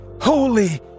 holy